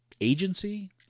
agency